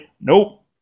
Nope